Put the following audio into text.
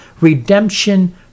redemption